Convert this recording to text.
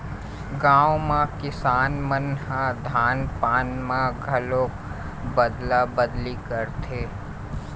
गाँव म किसान मन ह धान पान म घलोक अदला बदली करथे